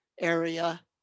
area